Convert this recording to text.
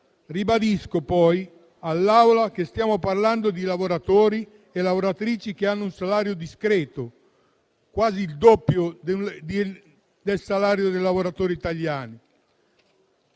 Ribadisco poi all'Aula che stiamo parlando di lavoratori e lavoratrici che hanno un salario discreto, quasi il doppio di quello dei lavoratori italiani.